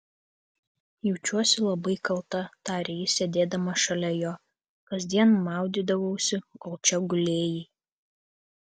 jaučiuosi labai kalta tarė ji sėsdama šalia jo kasdien maudydavausi kol čia gulėjai